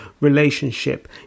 relationship